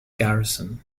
garrison